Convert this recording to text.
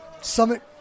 Summit